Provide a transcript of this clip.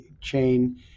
chain